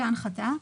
טבעיים?